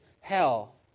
hell